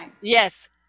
yes